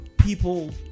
people